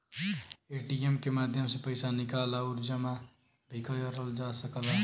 ATM के माध्यम से पइसा निकाल आउर जमा भी करल जा सकला